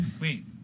Wait